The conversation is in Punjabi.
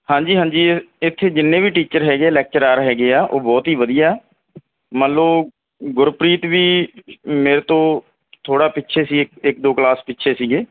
ਹਾਂਜੀ ਹਾਂਜੀ ਇ ਇੱਥੇ ਜਿੰਨੇ ਵੀ ਟੀਚਰ ਹੈਗੇ ਲੈਕਚਰਾਰ ਹੈਗੇ ਆ ਉਹ ਬਹੁਤ ਹੀ ਵਧੀਆ ਮੰਨ ਲਓ ਗੁਰਪ੍ਰੀਤ ਵੀ ਮੇਰੇ ਤੋਂ ਥੋੜ੍ਹਾ ਪਿੱਛੇ ਸੀ ਇਕ ਇੱਕ ਦੋ ਕਲਾਸ ਪਿੱਛੇ ਸੀਗੇ